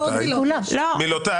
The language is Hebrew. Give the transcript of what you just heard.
זה לא מילות הוועדה, זה מילותיך.